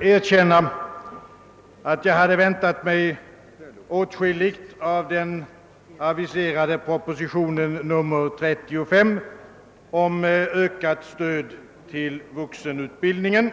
erkänna att jag hade väntat mig åtskilligt av den aviserade propositionen nr 35 om ökat stöd till vuxenutbildningen.